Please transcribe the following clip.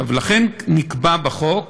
לכן נקבע בחוק